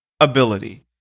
ability